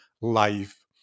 life